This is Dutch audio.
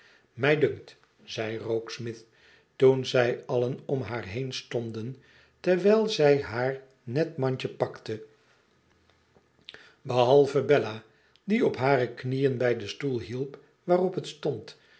imij dunkt zei rokesmith toen zij allen om haar heen stonden terwijl zij haar net mandje pakte behalve bella die op hare knieën bi den stoel hielp waarop het stond